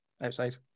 Outside